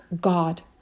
God